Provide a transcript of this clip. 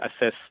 assess